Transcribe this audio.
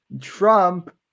Trump